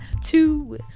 two